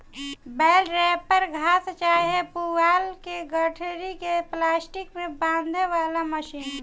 बेल wrapper घास चाहे पुआल के गठरी के प्लास्टिक में बांधे वाला मशीन ह